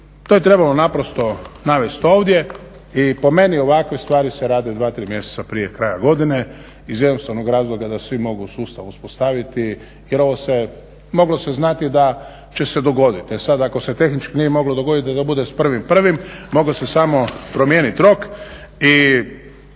to je trebalo naprosto navesti ovdje i po meni ovakve stvari se rade dva, tri mjeseca prije kraja godine iz jednostavnog razloga da svi mogu sustav uspostaviti jer ovo se moglo se znati da će se dogoditi. E sad, ako se tehnički nije moglo dogoditi da bude sa 1.1. mogao se samo promijeniti rok.